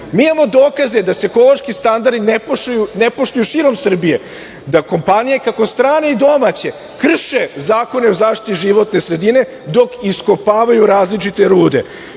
Mi imamo dokaze da se ekološki standardi ne poštuju širom Srbije, da kompanije, kako strane i domaće, krše zakone o zaštiti životne sredine dok iskopavaju različite